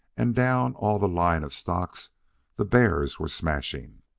and down all the line of stocks the bears were smashing.